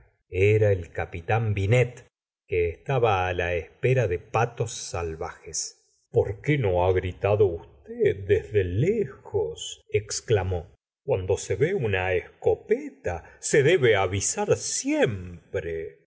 era el capitán binet que estaba á la espera de patos salvajes por qué no ha gritado usted desde lejos exclamó cuando se ve una escopeta se debe avisar siempre